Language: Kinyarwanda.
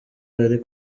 ari